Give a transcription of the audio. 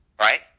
right